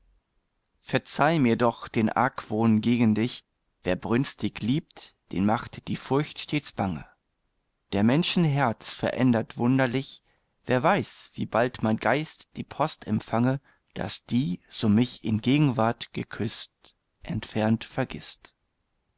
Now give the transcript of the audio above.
verzeih mir doch den argwohn gegen dich wer brünstig liebt dem macht die furcht stets bange der menschen herz verändert wunderlich wer weiß wie bald mein geist die post empfange daß die so mich in gegenwart geküßt entfernt vergißt